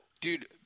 Dude